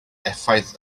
effaith